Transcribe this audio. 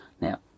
Now